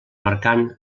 marcant